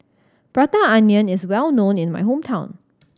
Prata Onion is well known in my hometown